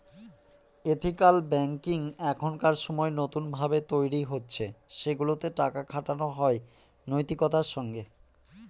ethical banking এখনকার সময় নতুন ভাবে তৈরী হচ্ছে সেগুলাতে টাকা খাটানো হয় নৈতিকতার সঙ্গে